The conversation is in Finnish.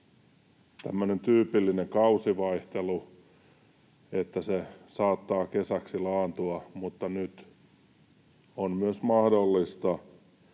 tämmöinen tyypillinen kausivaihtelu, että se saattaa kesäksi laantua, mutta nyt on myös mahdollista,